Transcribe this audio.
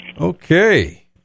Okay